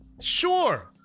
Sure